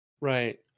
Right